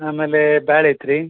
ಆಮೇಲೆ ಬ್ಯಾಳೆ ಐತೆ ರೀ